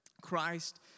Christ